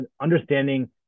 understanding